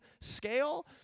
scale